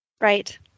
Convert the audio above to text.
Right